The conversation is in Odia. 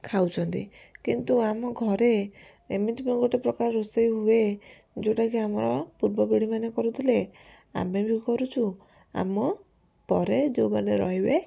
ଖାଉଛନ୍ତି କିନ୍ତୁ ଆମ ଘରେ ଏମିତି କ'ଣ ଗୋଟେ ପ୍ରକାର ରୋଷେଇ ହୁଏ ଯେଉଁଟାକି ଆମର ପୂର୍ବ ପିଢ଼ି ମାନେ କରୁଥିଲେ ଆମେ ବି କରୁଛୁ ଆମ ପରେ ଯେଉଁମାନେ ରହିବେ